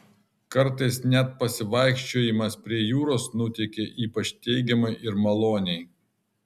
kartais net pasivaikščiojimas prie jūros nuteikia ypač teigiamai ir maloniai